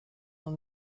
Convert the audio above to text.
dans